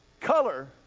color